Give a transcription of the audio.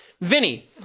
Vinny